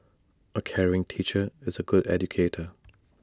A caring teacher is A good educator